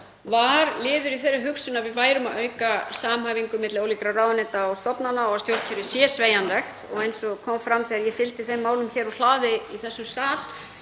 var liður í þeirri hugsun að við værum að auka samhæfingu milli ólíkra ráðuneyta og stofnana og að stjórnkerfið væri sveigjanlegt. Eins og kom fram þegar ég fylgdi þeim málum úr hlaði í þessum sal